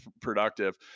productive